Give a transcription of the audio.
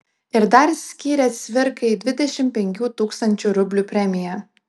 ir dar skyrė cvirkai dvidešimt penkių tūkstančių rublių premiją